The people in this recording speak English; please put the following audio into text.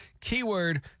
keyword